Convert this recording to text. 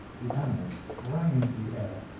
the animal sprang into the air,